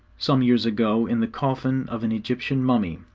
some years ago in the coffin of an egyptian mummy,